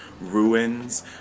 ruins